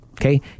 Okay